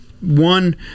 One